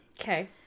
Okay